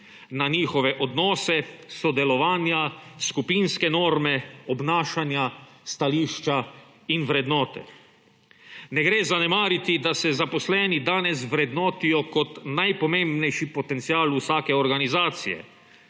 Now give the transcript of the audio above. na njihove odnose, sodelovanja, skupinske norme, obnašanja, stališča in vrednote. Ne gre zanemariti, da se zaposleni danes vrednotijo kot najpomembnejši potencial vsake organizacije,